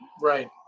Right